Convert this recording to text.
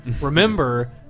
remember